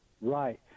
Right